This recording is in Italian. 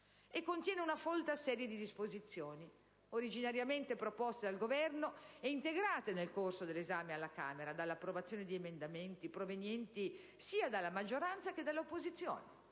contiene una folta serie di disposizioni, originariamente proposte dal Governo e integrate, nel corso dell'esame alla Camera, con l'approvazione di emendamenti provenienti sia dalla maggioranza che dall'opposizione,